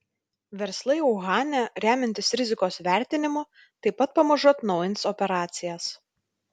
verslai uhane remiantis rizikos vertinimu taip pat pamažu atnaujins operacijas